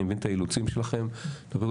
אני מבין את האילוצים שלכם תביאו